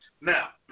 Now